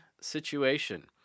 situation